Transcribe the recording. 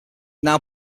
now